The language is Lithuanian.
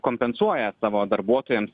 kompensuoja savo darbuotojams